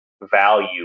value